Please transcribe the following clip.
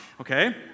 Okay